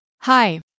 Hi